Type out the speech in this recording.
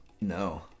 No